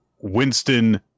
Winston